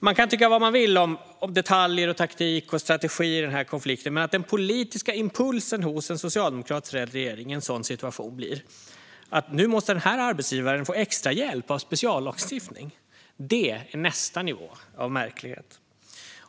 Man kan tycka vad man vill om detaljer och taktik och strategi i den här konflikten, men att den politiska impulsen hos en socialdemokratiskt ledd regering i en sådan situation blir att den här arbetsgivaren nu måste få extra hjälp i form av speciallagstiftning - det är nästa nivå av märklighet.